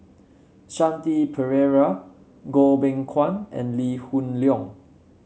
Shanti Pereira Goh Beng Kwan and Lee Hoon Leong